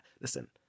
listen